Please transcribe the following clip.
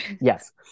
Yes